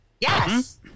Yes